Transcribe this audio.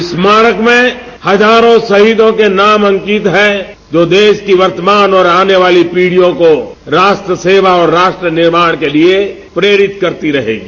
इस स्मारक में हजारों शहीदों के नाम अंकित है जो देश की वर्तमान और आने वाली पीढ़ियों को राष्ट्र सेवा और राष्ट्र निर्माण के लिये प्रेरित करती रहेंगी